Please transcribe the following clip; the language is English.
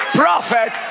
prophet